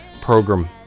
program